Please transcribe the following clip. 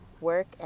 work